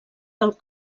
del